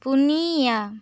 ᱯᱩᱱᱤᱭᱟ